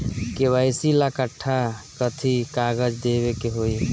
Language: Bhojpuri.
के.वाइ.सी ला कट्ठा कथी कागज देवे के होई?